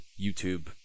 YouTube